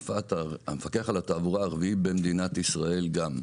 המפקח על התעבורה הערבית במדינת ישראל גם.